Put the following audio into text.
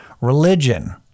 Religion